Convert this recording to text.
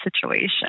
situation